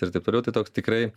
ir taip toliau tai toks tikrai